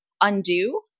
undo